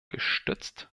gestützt